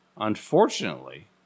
Unfortunately